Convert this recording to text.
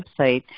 website